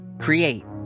Create